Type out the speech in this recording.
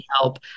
help